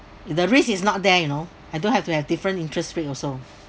the risk is not there you know I don't have to have different interests rate also